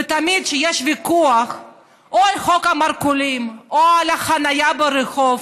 ותמיד כשיש ויכוח או על חוק המרכולים או על החניה ברחוב.